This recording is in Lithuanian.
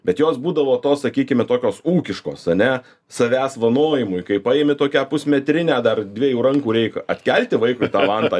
bet jos būdavo tos sakykime tokios ūkiškos ane savęs vanojimui kai paėmi tokią pusmetrinę dar dviejų rankų reik atkelti vaikui tą vantą